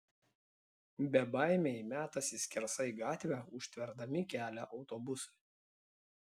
bebaimiai metasi skersai gatvę užtverdami kelią autobusui